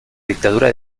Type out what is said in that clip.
dictadura